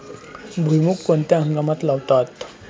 भुईमूग कोणत्या हंगामात लावतात?